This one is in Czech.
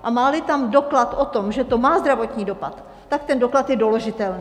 A máli tam doklad o tom, že to má zdravotní dopad, tak ten doklad je doložitelný.